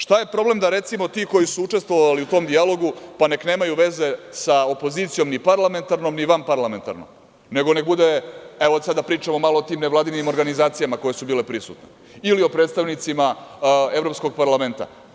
Šta je problem da, recimo, ti koji su učestvovali u tom dijalogu, pa nek nemaju veze sa opozicijom ni parlamentarnom ni vanparlamentarnom, nego neka bude, evo, sada pričamo malo o tim nevladinim organizacijama koje su bile prisutne ili o predstavnicima Evropskog parlamenta.